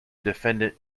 defendant